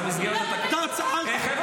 שאלת במסגרת --- אתה עוד ------ חבר'ה,